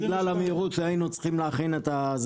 בגלל המהירות שהיינו צריכים להכין.